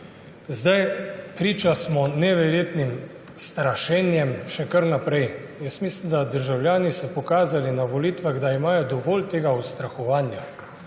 Priča smo neverjetnim strašenjem še kar naprej. Mislim, da so državljani pokazali na volitvah, da imajo dovolj tega ustrahovanja.